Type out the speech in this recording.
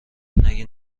نگی